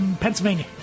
Pennsylvania